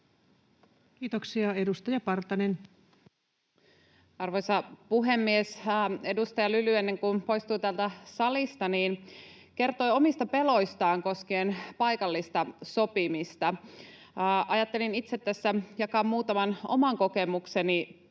Time: 22:26 Content: Arvoisa puhemies! Edustaja Lyly, ennen kuin poistui täältä salista, kertoi omista peloistaan koskien paikallista sopimista. Ajattelin itse tässä jakaa muutaman oman kokemukseni